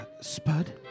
Spud